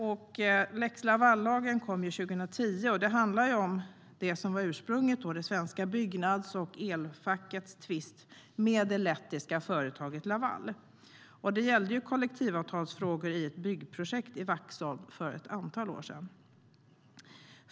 Lex Laval kom 2010, och ursprunget var svenska Byggnads och elfackets tvist med det lettiska företaget Laval. Det gällde kollektivavtalsfrågor i ett byggprojekt i Vaxholm för ett antal år sedan.